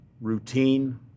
routine